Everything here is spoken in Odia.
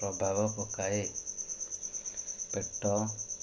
ପ୍ରଭାବ ପକାଏ ପେଟ